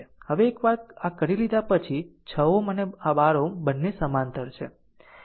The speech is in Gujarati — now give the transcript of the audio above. હવે એકવાર આ કરી લીધા પછી આ 6 Ω અને 12 Ω બંને સમાંતર છે